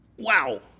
Wow